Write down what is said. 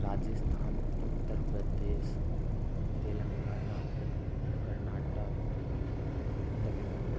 राजस्थान उत्तर प्रदेश तेलांगाना कर्नाटक और तमिल नाडु